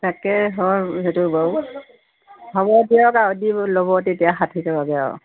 তাকে হয় সেইটো বাৰু হ'ব দিয়ক আৰু দি ল'ব তেতিয়া ষাঠি টকাকৈ আৰু